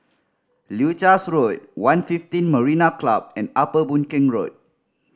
Leuchars Road One fifteen Marina Club and Upper Boon Keng Road